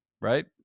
right